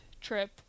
trip